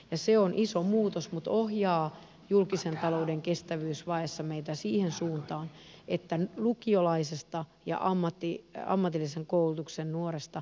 ja se on iso muutos mutta ohjaa julkisen talouden kestävyysvajeessa meitä siihen suuntaan että lukiolaisesta ja ammatillisen koulutuksen nuoresta välitetään